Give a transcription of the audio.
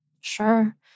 Sure